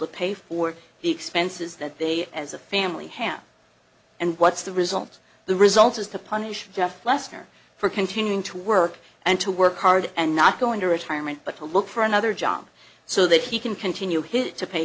to pay for the expenses that they as a family ham and what's the result the result is to punish jeff lester for continuing to work and to work hard and not go into retirement but to look for another job so that he can continue his to pay